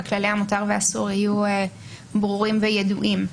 וכללי המותר והאסור יהיו ברורים וידועים.